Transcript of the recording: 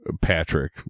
Patrick